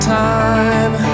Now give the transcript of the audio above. time